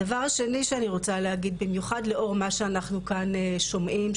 הדבר השני שאני רוצה להגיד במיוחד לאור מה שאנחנו כאן שומעים,